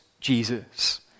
Jesus